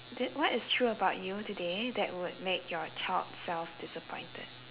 that what is true about you today that would make your child self disappointed